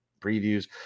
previews